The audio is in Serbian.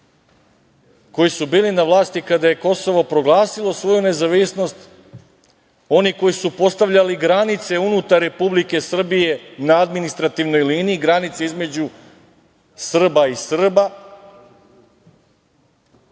koji su bili na vlasti kada je Kosovo proglasilo svoju nezavisnost, oni koji su postavljali granice unutar Republike Srbije na administrativnoj liniji, granice između Srba i Srba,